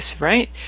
right